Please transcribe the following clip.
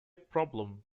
problem